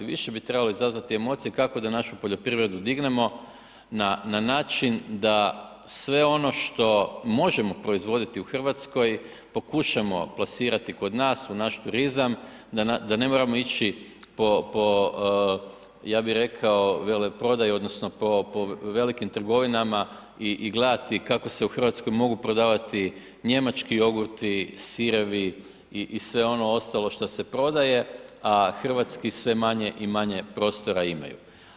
Više bi trebalo izazvati emocije kako da našu poljoprivredu dignemo na način da sve ono što možemo proizvoditi u Hrvatskoj, pokušamo plasirati kod nas u naš turizam, da ne moramo ići po ja bih rekao, veleprodaju odnosno po velikim trgovinama i gledati kako se u Hrvatskoj mogu prodavati njemački jogurti, sirevi i sve ono ostalo što se prodaje, a hrvatski sve manje i manje prostora imaju.